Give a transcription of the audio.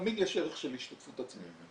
תמיד יש ערך של השתתפות עצמית.